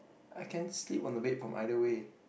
I can sleep on the bed from either way